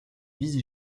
vice